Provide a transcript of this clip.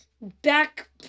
back